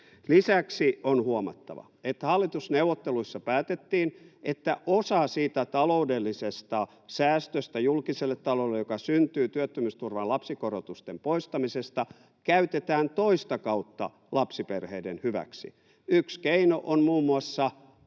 Lisäksi on huomattava, että hallitusneuvotteluissa päätettiin, että osa siitä julkisen talouden taloudellisesta säästöstä, joka syntyy työttömyysturvan lapsikorotusten poistamisesta, käytetään toista kautta lapsiperheiden hyväksi. Yksi keino on muun muassa